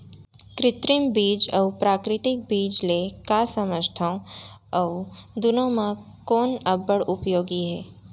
कृत्रिम बीज अऊ प्राकृतिक बीज ले का समझथो अऊ दुनो म कोन अब्बड़ उपयोगी हे?